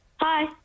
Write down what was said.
Hi